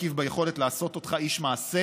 מוכיח שכשהוא רוצה לבנות את דור העתיד של ש"ס,